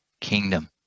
kingdom